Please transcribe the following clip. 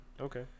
Okay